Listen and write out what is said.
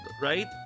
right